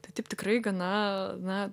tai taip tikrai gana na